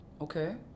Okay